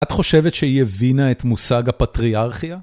את חושבת שהיא הבינה את מושג הפטריארכיה?